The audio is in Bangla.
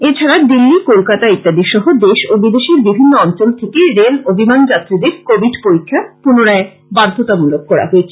এছাড়া দিল্লি কলকাতা ইত্যাদি সহ দেশ ও বিদেশের বিভিন্ন অঞ্চল থেকে রেল ও বিমান যাত্রীদের কোবিড পরীক্ষা পুনরায় বাধ্যতামূলক করা হয়েছে